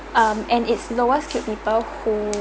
um and it's lower skill people who